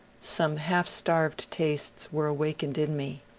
some half starved tastes were awakened in me.